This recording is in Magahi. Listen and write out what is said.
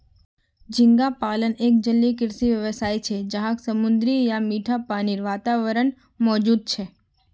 झींगा पालन एक जलीय कृषि व्यवसाय छे जहाक समुद्री या मीठा पानीर वातावरणत मौजूद छे